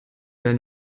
der